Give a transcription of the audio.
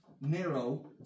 narrow